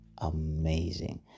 amazing